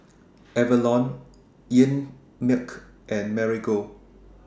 Avalon Einmilk and Marigold